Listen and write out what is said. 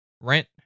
rent